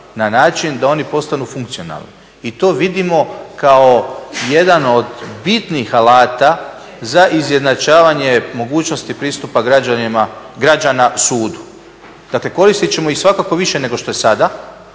na način da oni postanu funkcionalni i to vidimo kao jedan od bitnih alata za izjednačavanje mogućnosti pristupa građana sudu. Dakle, koristit ćemo ih svakako više nego što je sada,